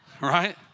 Right